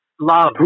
love